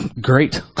great